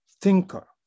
thinker